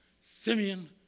Simeon